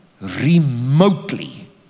remotely